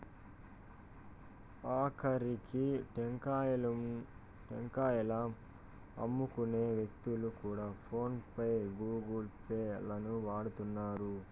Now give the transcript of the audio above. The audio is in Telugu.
ఆకరికి టెంకాయలమ్ముకునే వ్యక్తులు కూడా ఫోన్ పే గూగుల్ పే లను వాడుతున్నారు